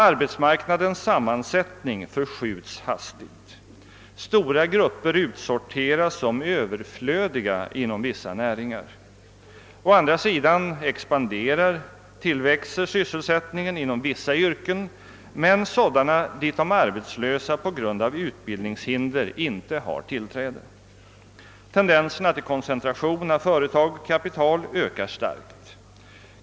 Arbetsmarknädens ' 'sammansättning förskjuts hastigt. Stora grupper utsorterås. som överflödiga inom vissa näringar. Å andra sidan tillväxer syssel sättningen inom :' vissa yrken, men det gäller sådana där de arbetslösa på grund av utbildningshinder inte har tillträde. Tendenserna till koncentration av företag och kapital ökar starkt.